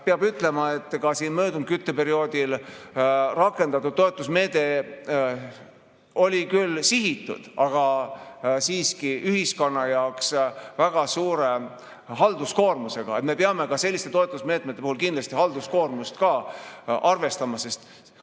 Peab ütlema, et möödunud kütteperioodil rakendatud toetusmeede oli küll sihitud, aga ühiskonna jaoks väga suure halduskoormusega. Me peame selliste toetusmeetmete puhul kindlasti halduskoormust ka arvestama, sest